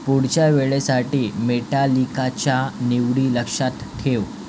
पुढच्या वेळेसाठी मेटालिकाच्या निवडी लक्षात ठेव